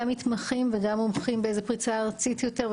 מתמחים וגם מומחים באיזו פרישה ארצית יותר,